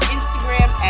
Instagram